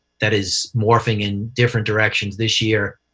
that is morphing in different directions this year,